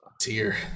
Tear